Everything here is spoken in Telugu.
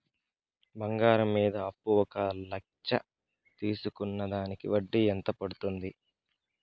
బంగారం మీద అప్పు ఒక లక్ష తీసుకున్న దానికి వడ్డీ ఎంత పడ్తుంది?